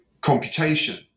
computation